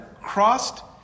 crossed